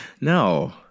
No